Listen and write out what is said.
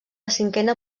cinquena